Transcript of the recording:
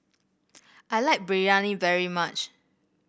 I like Biryani very much